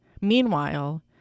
Meanwhile